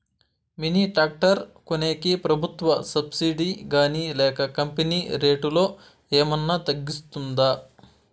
Mini tractor కొనేకి ప్రభుత్వ subsidy గాని లేక కంపెని రేటులో ఏమన్నా తగ్గిస్తుందా?